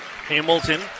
Hamilton